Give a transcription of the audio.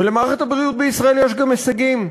ולמערכת הבריאות בישראל יש גם הישגים,